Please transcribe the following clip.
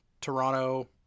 Toronto